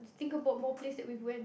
think about more place that we've went